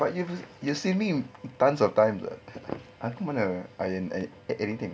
but if you see me tons of time aku mana iron anything